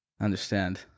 understand